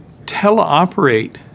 teleoperate